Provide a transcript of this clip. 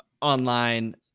online